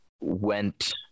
Went